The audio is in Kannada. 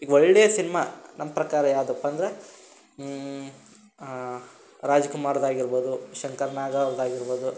ಈಗ ಒಳ್ಳೆಯ ಸಿನ್ಮಾ ನಮ್ಮ ಪ್ರಕಾರ ಯಾವುದಪ್ಪ ಅಂದ್ರೆ ರಾಜ್ಕುಮಾರ್ದು ಆಗಿರ್ಬೋದು ಶಂಕರ್ ನಾಗ್ ಅವ್ರದ್ದಾಗಿರ್ಬೋದು